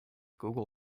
google